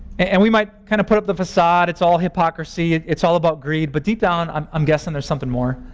and we might kind of put up the facade, it's all hypocrisy, it's all about greed, but deep down i'm um guessing there's something more.